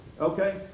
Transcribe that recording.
Okay